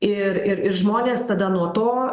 ir ir ir žmonės tada nuo to